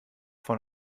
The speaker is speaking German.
von